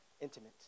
intimate